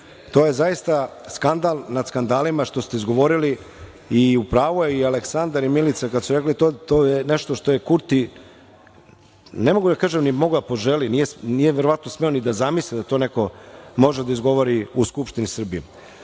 To je zaista skandal nad skandalima što ste izgovorili i u pravu je i Aleksandar i Milica kada su rekli, to je nešto što je Kurti, ne mogu da kažem ni mogao da poželi, nije verovatno smeo ni da zamisli da to neko može da izgovori u Skupštini Srbije.